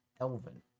Elven